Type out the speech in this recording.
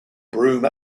broome